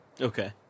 Okay